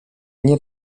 nie